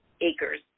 acres